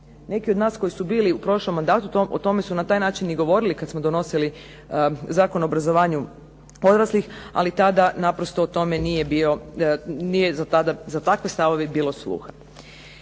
Neki od nas koji su bili u prošlom mandatu o tome su na taj način govorili kada smo donosili Zakon o obrazovanju odraslih, ali tada naprosto za takve stavove nije bilo sluha.